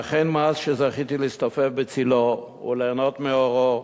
ואכן, מאז זכיתי להסתופף בצלו וליהנות מאורו,